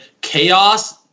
chaos